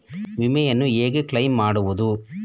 ವಿಮೆಯನ್ನು ಹೇಗೆ ಕ್ಲೈಮ್ ಮಾಡುವುದು?